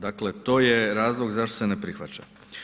Dakle, to je razlog zašto se ne prihvaća.